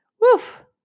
woof